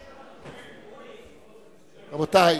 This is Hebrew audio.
אורי, רבותי,